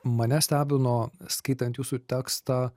mane stebino skaitant jūsų tekstą